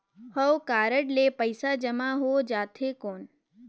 हव कारड ले पइसा जमा हो जाथे कौन?